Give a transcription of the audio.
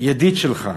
ידיד שלך,